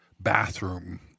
bathroom